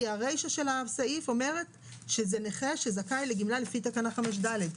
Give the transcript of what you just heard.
כי הרישה של הסעיף אומרת שזה נכה שזכאי לגמלה לפי תקנה 5(ד).